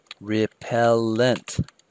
repellent